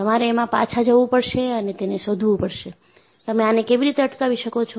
તમારે એમાં પાછા જવું પડશે અને તેને શોધવું પડશે તમે આને કેવી રીતે અટકાવી શકો છો